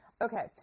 Okay